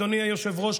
אדוני היושב-ראש,